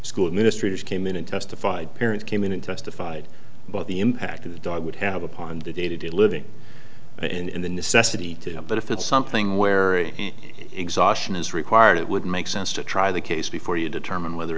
school administrators came in and testified parent came in and testified about the impact of the dog would have upon the day to day living in the necessity to but if it's something where exhaustion is required it would make sense to try the case before you determine whether